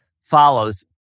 follows